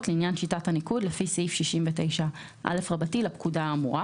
לעניין שיטת הניקוד לפי סעיף 69א לפקודה האמורה.